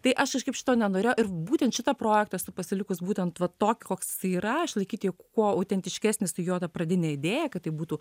tai aš kažkaip šito nenorėjau ir būtent šitą projektą esu pasilikus būtent va tokį koks jisai yra išlaikyti jį kuo autentiškesnį su juo ta pradinė idėja kad tai būtų